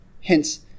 Hence